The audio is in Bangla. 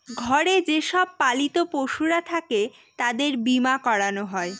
ঘরে যে সব পালিত পশুরা থাকে তাদের বীমা করানো হয়